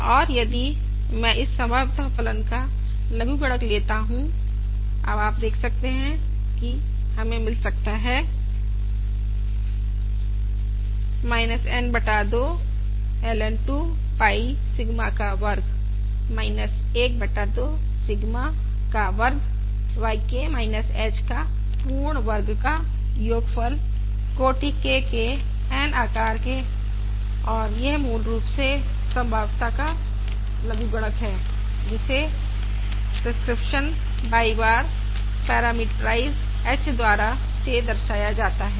और यदि मैं इस संभाव्यता फलन का लघुगणक लेता हूं अब आप देख सकते हैं की हमें मिल सकता है N बटा 2 ln 2 पाई सिग्मा का वर्ग 1 बटा 2 सिग्मा का वर्ग समेशन K बराबर 1 से N yK h का पूर्ण वर्ग और यह मूल रूप से संभाव्यता का लघुगणक है जिसे प्रिसक्रिप्शन l y बार पैरामीट्राइज h द्वारा से दर्शाया जाता है